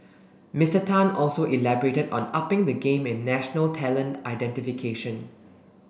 Mister Tan also elaborated on upping the game in national talent identification